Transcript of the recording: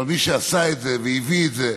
אבל מי שעשה את זה והביא את זה,